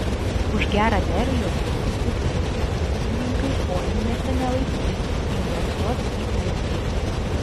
už gerą derlių gautų pinigų ūkininkai kojinėse nelaikys investuos į ūkį